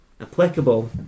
applicable